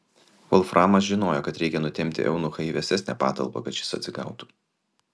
volframas žinojo kad reikia nutempti eunuchą į vėsesnę patalpą kad šis atsigautų